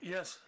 Yes